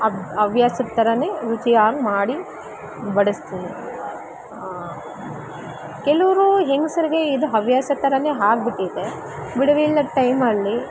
ಅಬ್ ಹವ್ಯಾಸದ ಥರ ರುಚಿಯಾಗಿ ಮಾಡಿ ಬಡಿಸ್ತಿನಿ ಕೆಲವರು ಹೆಂಗಸ್ರಿಗೆ ಇದು ಹವ್ಯಾಸದ ಥರ ಆಗ್ಬಿಟ್ಟಿದೆ ಬಿಡುವಿಲ್ಲದ ಟೈಮಲ್ಲಿ